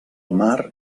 mar